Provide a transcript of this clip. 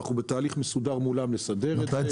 אנחנו בתהליך מסודר מולם לסדר את זה.